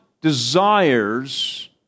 desires